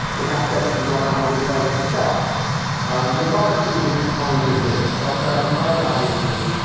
perhaps that should run on the device itself um robotics is a big component of this, self-driving cars obviously.